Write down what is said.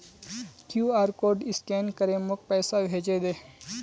QR code scan करे मोक पैसा भेजे दे